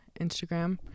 instagram